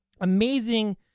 Amazing